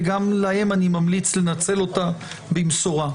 וגם להם אני ממליץ לנצל אותה במשורה,